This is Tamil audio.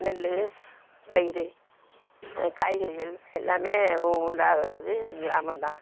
நெல் பயிர் காய்கறிகள் எல்லாமே உ உண்டாகிறது கிராமந்தான்